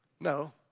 No